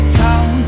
town